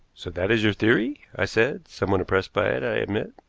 so that is your theory? i said, somewhat impressed by it, i admit.